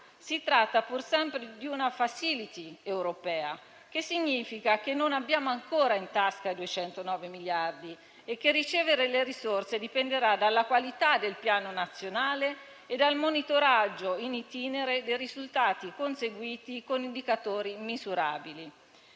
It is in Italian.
si tratta pur sempre di una *facility* europea, il che significa che non abbiamo ancora in tasca i 209 miliardi e che ricevere le risorse dipenderà dalla qualità del piano nazionale e dal monitoraggio *in itinere* dei risultati conseguiti con indicatori misurabili.